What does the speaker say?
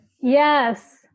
Yes